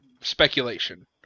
speculation